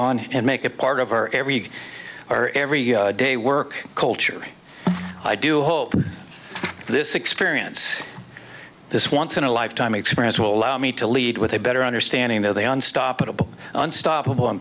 on and make it part of our every week or every day work culture i do hope this experience this once in a lifetime experience will allow me to lead with a better understanding of the unstoppable unstoppable